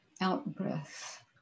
out-breath